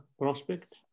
prospect